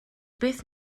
beth